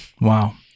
Wow